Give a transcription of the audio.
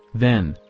then,